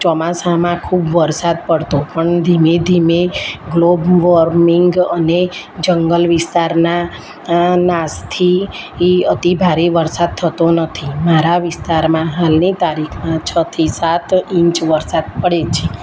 ચોમાસામાં ખૂબ વરસાદ પડતો પણ ધીમે ધીમે ગ્લોબ વોર્મિંગ અને જંગલ વિસ્તારના નાશથી એ અતિ ભારે વરસાદ થતો નથી મારા વિસ્તારમાં હાલની તારીખમાં છથી સાત ઇંચ વરસાદ પડે છે